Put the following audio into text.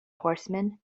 horsemen